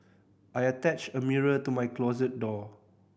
I attached a mirror to my closet door